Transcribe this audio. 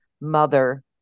mother